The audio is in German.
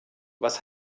was